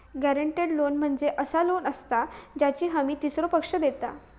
guaranteed loan म्हणजे असा loan असता ज्याची हमी तीसरो पक्ष देता